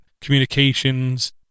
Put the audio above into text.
communications